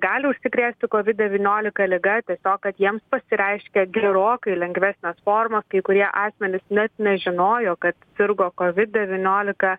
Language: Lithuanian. gali užsikrėsti covid devyniolika liga tiesiog kad jiems pasireiškia gerokai lengvesnės formos kai kurie asmenys net nežinojo kad sirgo covid devyniolika